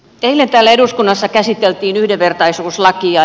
eilen täällä eduskunnassa käsiteltiin yhdenvertaisuuslakia